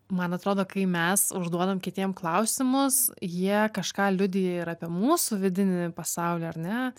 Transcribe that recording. man atrodo kai mes užduodam kitiem klausimus jie kažką liudija ir apie mūsų vidinį pasaulį ar ne